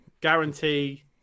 guarantee